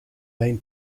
main